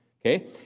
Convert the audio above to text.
okay